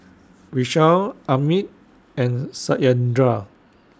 Vishal Amit and Satyendra